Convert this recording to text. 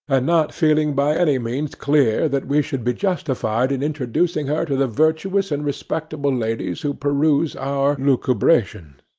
and not feeling by any means clear that we should be justified in introducing her to the virtuous and respectable ladies who peruse our lucubrations.